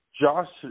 Josh